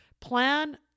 Plan